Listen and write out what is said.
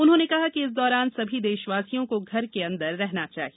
उन्होंने कहा कि इस दौरान सभी देशवासियों को घर के अंदर रहना चाहिए